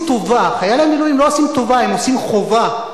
חיילי המילואים לא עושים טובה, הם עושים חובה,